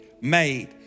made